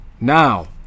now